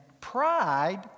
pride